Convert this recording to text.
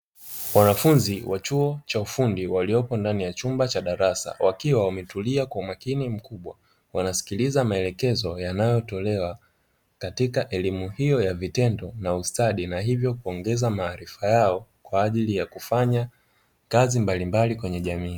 Wanafunzi wa chuo cha ufundi waliopo ndani ya chumba cha darasa, wakiwa wametulia kwa umakini mkubwa, wanasikiliza maelekezo yanayotolewa katika elimu hiyo ya vitendo na ustadi, na hivyo kuongeza maarifa yao kwa ajili ya kufanya kazi mbalimbali kwenye jamii.